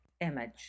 image